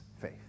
faith